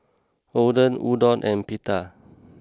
Oden Udon and Pita